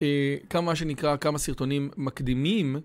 כמה שנקרא, כמה סרטונים מקדימים.